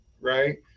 right